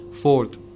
Fourth